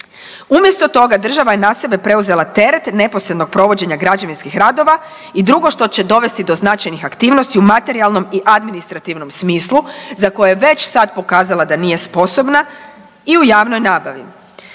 Umjesto toga država je na sebe preuzela teret neposrednog provođenja građevinskih radova i drugo što će dovesti do značajnih aktivnosti u materijalnom i administrativnom smislu za koje je već sad pokazala da nije sposobna i u javnoj nabavi.